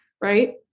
Right